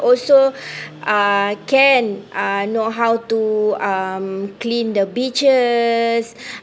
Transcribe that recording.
also uh can uh know how to clean um the beaches